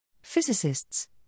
Physicists